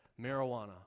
marijuana